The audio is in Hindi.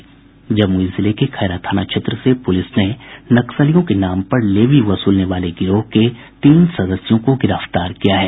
ज़मई जिले के खैरा थाना क्षेत्र से पुलिस ने नक्सलियों के नाम पर लेवी वसूलने वाले गिरोह के तीन सदस्यों को गिरफ्तार किया है